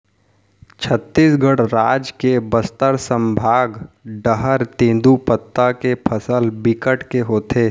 छत्तीसगढ़ राज के बस्तर संभाग डहर तेंदूपत्ता के फसल बिकट के होथे